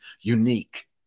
unique